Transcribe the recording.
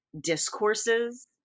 discourses